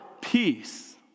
peace